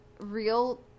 real